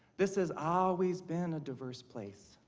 this has always been a diverse place.